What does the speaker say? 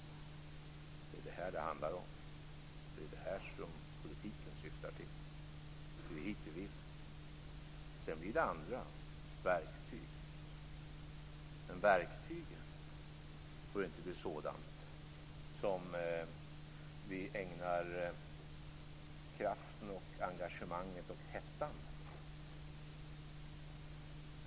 Det är det här det handlar om. Det är det här som politiken syftar till. Det är hit vi vill. Sedan blir det andra verktyg. Men verktygen får inte bli sådant som vi ägnar kraften, engagemanget och hettan åt.